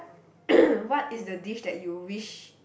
what is the dish that you wish